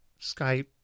Skype